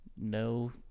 no